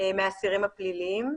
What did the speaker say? מהאסירים הפליליים.